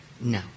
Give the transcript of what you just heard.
No